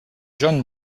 john